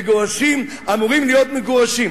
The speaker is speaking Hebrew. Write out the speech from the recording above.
מגורשים, אמורים להיות מגורשים.